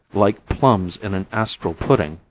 like plums in an astral pudding,